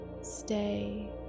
Stay